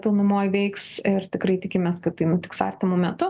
pilnumoj veiks ir tikrai tikimės kad tai nutiks artimu metu